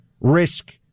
risk